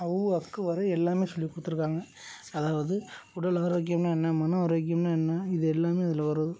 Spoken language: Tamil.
ஔ அக்கு வரை எல்லாமே சொல்லிக் கொடுத்துருக்காங்க அதாவது உடல் ஆரோக்கியம்னா என்ன மன ஆரோக்கியம்னா என்ன இது எல்லாமே அதில் வருது